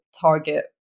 target